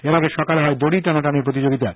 এর আগে সকালে হয় দডি টানাটানি প্রতিযোগিতা